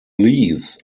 leaves